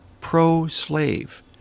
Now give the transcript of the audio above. pro-slave